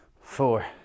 four